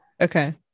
Okay